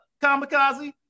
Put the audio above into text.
kamikaze